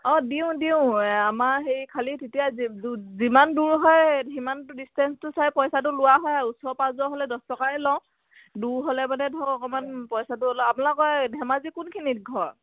অঁ দিওঁ দিওঁ আমাৰ সেই খালী তেতিয়া যিমান দূৰ হয় সিমানটো ডিচটেঞ্চটো চাই পইচাটো লোৱা হয় ওচৰ পাঁজৰ হ'লে দহ টকাই লওঁ দূৰ হ'লে মানে ধৰক অকণমান পইচাটোও অলপ আপোনালোকৰ ধেমাজি কোনখিনিত ঘৰ